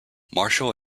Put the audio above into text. marshall